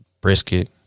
brisket